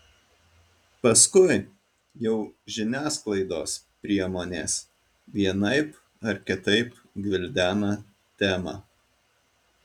paskui jau žiniasklaidos priemonės vienaip ar kitaip gvildena temą